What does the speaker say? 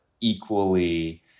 equally –